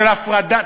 של הפרדה,